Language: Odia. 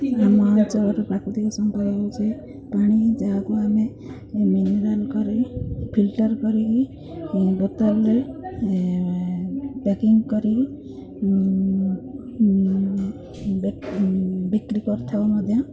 ଆମ ଅଞ୍ଚଳର ପ୍ରାକୃତିକ ସମ୍ପଦ ହେଉଛି ପାଣି ଯାହାକୁ ଆମେ ମିନେରାଲ୍ କରି ଫିଲ୍ଟର୍ କରିକି ବୋତଲରେ ପ୍ୟାକିଙ୍ଗ କରିକି ବିକ୍ରି କରିଥାଉ ମଧ୍ୟ